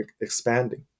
expanding